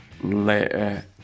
later